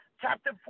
chapter